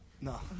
No